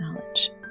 knowledge